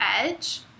edge